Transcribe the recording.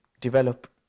develop